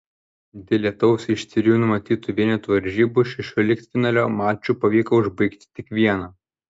dėl lietaus iš trijų numatytų vienetų varžybų šešioliktfinalio mačų pavyko užbaigti tik vieną